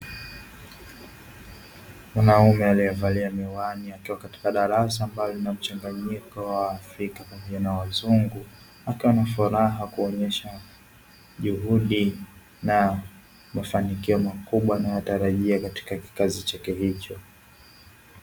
Wanaume aliyevalia miwani akiwa katika darasa ambalo lina mchanganyiko wa waafrika pamoja na wazungu wakiwa na furaha kuonyesha juhudi na mafanikio makubwa na yatarajia katika kikazi chake hicho.